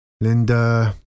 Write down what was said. Linda